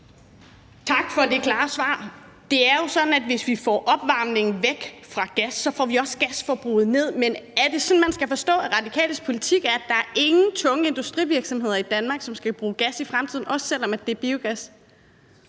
Tak for det klare svar. Det er jo sådan, at hvis vi får opvarmningen væk fra gas, får vi også gasforbruget ned. Men skal man forstå De Radikales politik sådan, at ingen tunge industrivirksomheder i Danmark skal bruge gas i fremtiden, også selv om det er biogas?